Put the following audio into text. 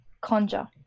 conjure